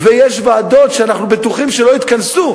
ויש ועדות שאנחנו בטוחים שלא התכנסו.